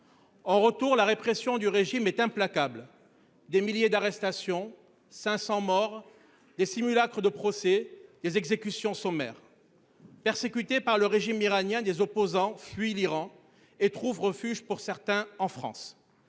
En retour, la répression du régime est implacable. Des milliers d'arrestations, 500 morts des simulacres de procès, les exécutions sommaires. Persécuté par le régime iranien des opposants fuit l'Iran et trouve refuge pour certains en France.